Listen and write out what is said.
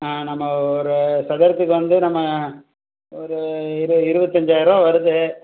நம்ம ஒரு சதுரத்துக்கு வந்து நம்ம ஒரு இரு இருபத்தஞ்சாயருவா வருது